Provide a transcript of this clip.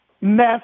mess